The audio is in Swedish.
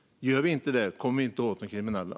Om vi inte gör det kommer vi inte åt de kriminella.